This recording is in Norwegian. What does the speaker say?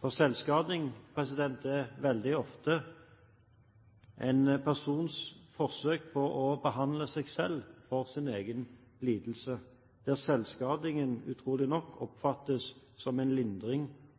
For selvskading er veldig ofte en persons forsøk på å behandle seg selv og sin egen lidelse, der selvskadingen – utrolig nok – oppfattes som en lindring